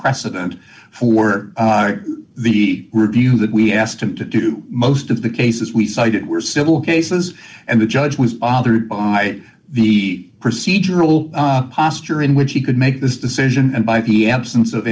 precedent for the review that we asked him to do most of the cases we cited were civil cases and the judge was authored by the procedural posture in which he could make this decision and by the absence of